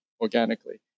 organically